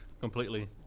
completely